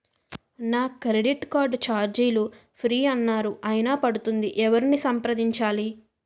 నా credit card ఛార్జీలు free అన్నారు అయినా పడుతుంది ఎవరిని సంప్రదించాలి?